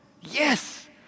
Yes